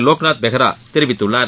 லோக்நாத் பெகரா தெரிவித்துள்ளார்